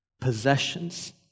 possessions